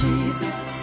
Jesus